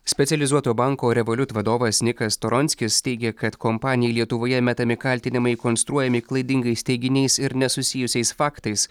specializuoto banko revolut vadovas nikas storonskis teigia kad kompanijai lietuvoje metami kaltinimai konstruojami klaidingais teiginiais ir nesusijusiais faktais